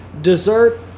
dessert